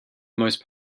most